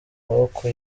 maboko